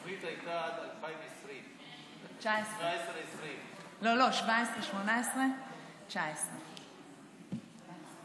התוכנית הייתה עד 2020. 2019. 2017 2020. לא, לא.